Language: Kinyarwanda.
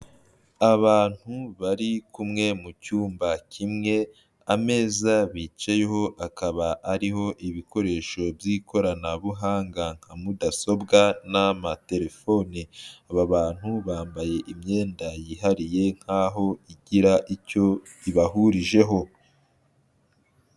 Abantu bari kumwe mu cyumba kimwe, ameza bicayeho akaba ariho ibikoresho by'ikoranabuhanga nka mudasobwa n'amatelefoni, aba bantu bambaye imyenda yihariye nk'aho igira icyo ibahurijeho.